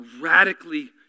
radically